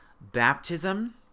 Baptism